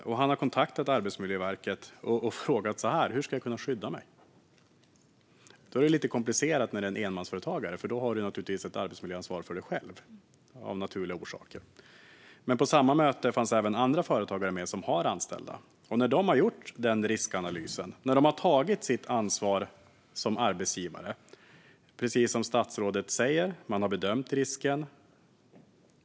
Han har kontaktat Arbetsmiljöverket och frågat hur han ska kunna skydda sig. Det är lite komplicerat när det är en enmansföretagare. Då har man naturligtvis ett arbetsmiljöansvar för sig själv. På detta möte deltog även andra företagare som har anställda. De har gjort en riskanalys, tagit sitt ansvar som arbetsgivare - precis som statsrådet talar om - och bedömt risken.